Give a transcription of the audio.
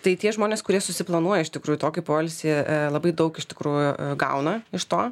tai tie žmonės kurie susiplanuoja iš tikrųjų tokį poilsį labai daug iš tikrųjų gauna iš to